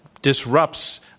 disrupts